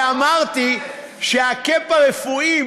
אמרתי שה-cap הרפואי,